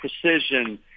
precision